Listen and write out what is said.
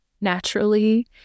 naturally